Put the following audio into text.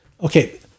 Okay